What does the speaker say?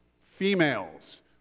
females